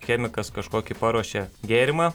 chemikas kažkokį paruošia gėrimą